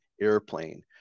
airplane